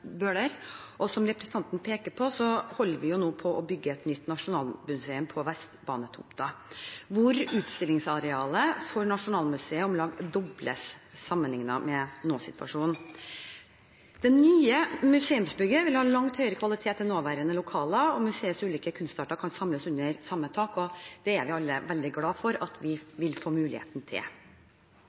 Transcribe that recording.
Bøhler. Som representanten peker på, holder vi på å bygge et nytt nasjonalmuseum på Vestbanetomta, hvor utstillingsarealet for Nasjonalmuseet om lag dobles sammenlignet med nåsituasjonen. Det nye museumsbygget vil ha langt høyere kvalitet enn nåværende lokaler, og museets ulike kunstarter kan samles under samme tak. Det er vi alle veldig glad for at vi vil få mulighet til.